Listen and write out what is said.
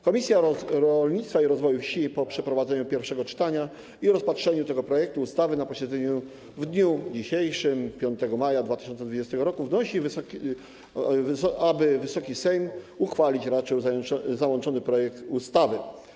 Komisja Rolnictwa i Rozwoju Wsi po przeprowadzeniu pierwszego czytania i rozpatrzeniu tego projektu ustawy na posiedzeniu w dniu dzisiejszym, tj. 5 maja 2020 r., wnosi, aby Wysoki Sejm uchwalić raczył załączony projekt ustawy.